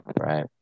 right